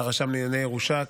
לרשם לענייני ירושה,